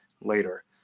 later